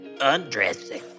undressing